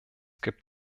gibt